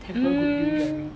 mm